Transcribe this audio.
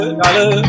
dollar